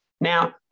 Now